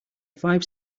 five